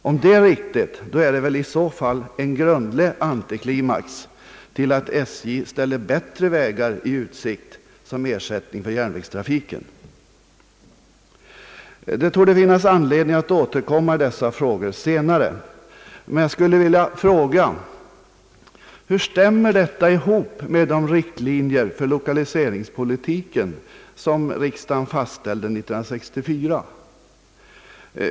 Om detta är riktigt är det väl en grundlig antiklimax till att SJ ställer bättre vägar i utsikt som ersättning för järnvägstrafiken. Det torde finnas anledning att återkomma i dessa frågor senare, men jag skulle nu vilja fråga följande: Hur stämmer detta med de riktlinjer för lokaliseringspolitiken som riksdagen fastställde 1964?